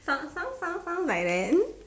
found found found found by then